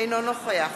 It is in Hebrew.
אינו נוכח